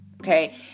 Okay